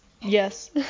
yes